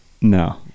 No